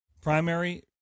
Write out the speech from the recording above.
primary